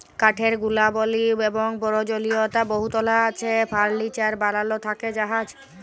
কাঠের গুলাবলি এবং পরয়োজলীয়তা বহুতলা আছে ফারলিচার বালাল থ্যাকে জাহাজ